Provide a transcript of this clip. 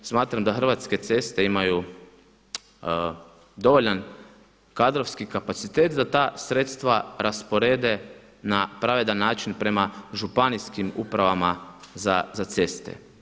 Smatram da Hrvatske ceste imaju dovoljan kadrovski kapacitet da ta sredstva rasporede na pravedan način prema županijskim upravama za ceste.